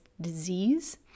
disease